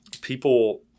People